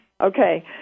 Okay